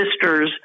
Sisters